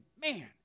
man